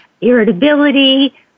irritability